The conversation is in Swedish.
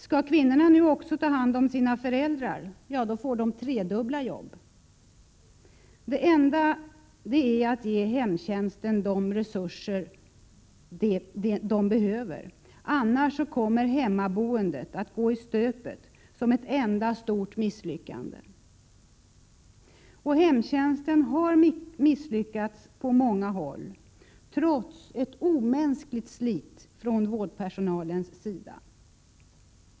Skall kvinnorna nu också ta hand om sina föräldrar får de tredubbla jobb. Det enda raka är att ge hemtjänsten de resurser den behöver, annars kommer hemmaboendet att gå i stöpet som ett enda stort misslyckande. Och hemtjänsten har misslyckats på många håll, trots ett omänskligt slit från vårdpersonalens sida.